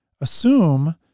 assume